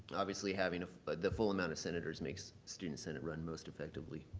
obviously, having the full amount of senators makes student senate run most effectively.